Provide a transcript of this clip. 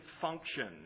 function